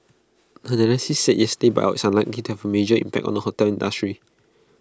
analysts said yesterday's buyout is unlikely to have A major impact on the hotel industry